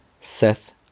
Seth